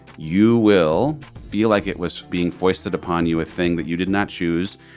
you will feel like it was being foisted upon you with thing that you did not choose.